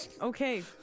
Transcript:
Okay